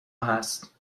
هست